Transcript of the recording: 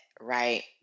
right